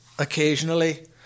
occasionally